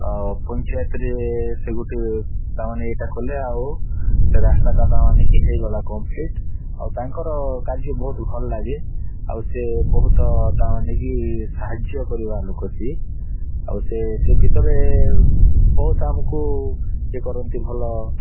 ପଞ୍ଚାୟତରେ ସେ ଗୋଟିଏ ତାମାନେ ଏଇଟା କଲେ ଆଉ ସେ ରାସ୍ତାଟା ତା ମାନେ କି ହୋଇଗଲା କମ୍ପ୍ଲିଟ୍ ଆଉ ତାଙ୍କର କାର୍ଯ୍ୟ ବହୁତ ଭଲ ଲାଗେ ଆଉ ସେ ବହୁତ ତା ମାନେ କି ସାହାଯ୍ୟ କରିବା ଲୋକ ସିଏ ଆଉ ସେ ସେ ଭିତରେ ବହୁତ ଆମକୁ ଇଏ କରନ୍ତି ଭଲ